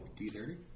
D30